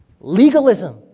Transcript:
Legalism